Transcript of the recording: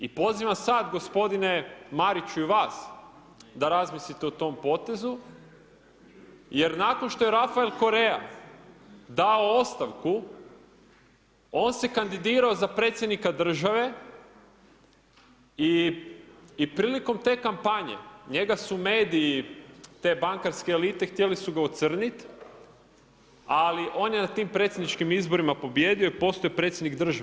I pozivam sad gospodine Mariću i vas da razmislite o tom potezu, jer nakon što je Rafael Korea dao ostavku, on se kandidirao za predsjednika države, i prilikom te kampanje, njega su mediji, te bankarske elite, htjeli su ga ocrnit, ali on je na tim predsjedničkim izborima pobijedio i postao je predsjednik države.